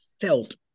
felt